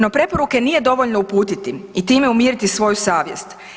No preporuke nije dovoljno uputiti i time umiriti svoju savjest.